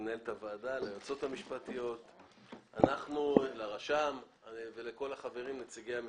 למנהלת הוועדה, לרשם ולכל החברים, נציגי המשרדים.